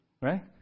right